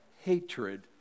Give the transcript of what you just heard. hatred